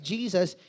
Jesus